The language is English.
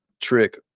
trick